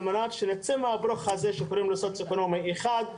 על מנת שנצא מהברוך הזה שקוראים לו סוציואקונומי אחד,